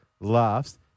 laughs